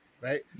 right